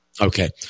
okay